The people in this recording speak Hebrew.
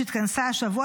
שהתכנסה השבוע,